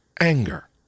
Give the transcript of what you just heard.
anger